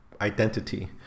identity